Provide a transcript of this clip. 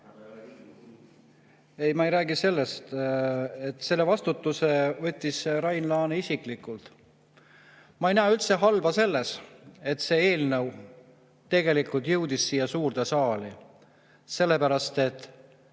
Ei, ma ei räägi sellest. Selle vastutuse võttis Rain Laane isiklikult. Ma ei näe üldse halba selles, et see eelnõu tegelikult jõudis siia suurde saali. Seda sellepärast, et